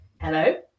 hello